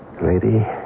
Lady